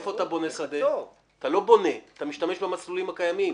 אתה לא בונה, אתה משתמש במסלולים הקיימים.